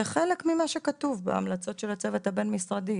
זה חלק ממה שכתוב בהמלצות של הצוות הבין-משרדי.